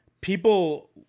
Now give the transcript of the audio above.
people